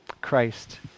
Christ